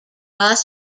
bus